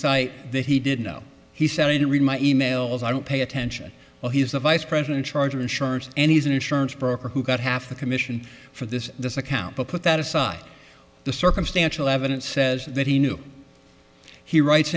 cite that he didn't know he said i didn't read my emails i don't pay attention well he is the vice president charger insurance and he's an insurance broker who got half the commission for this this account but put that aside the circumstantial evidence says that he knew he writes